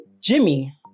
Jimmy